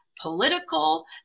political